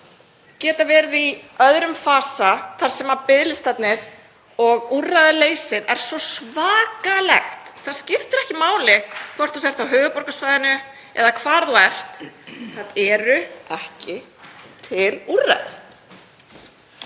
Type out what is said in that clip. geta verið í öðrum fasa þar sem biðlistarnir og úrræðaleysið er svo svakalegt. Það skiptir ekki máli hvort þú ert á höfuðborgarsvæðinu eða hvar þú ert, það eru ekki til úrræði.